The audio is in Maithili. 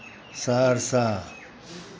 सहरसा